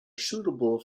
suitable